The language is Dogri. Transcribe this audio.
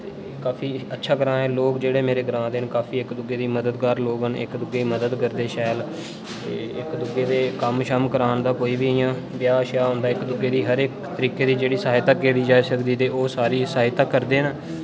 काफी अच्छा ग्रां ऐ लोक जेह्ड़े मेरे ग्रां दे काफी इक दूऐ गी मददगार लोग न काफी इक दूऐ मदद करदे शैल एह्दे कम्म शम्म करन दा कोई बी इ'यां ब्याह् स्याह होंदा इक दूऐ दी इ'यै दी जेह्ड़ी सहायता कीती जाये सकदी सारी सहायता करदे न